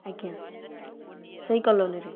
ଆଜ୍ଞା ସେହି କଲୋନିରେ